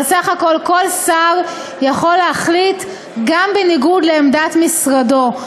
אבל בסך הכול כל שר יכול להחליט גם בניגוד לעמדת משרדו.